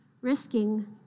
risking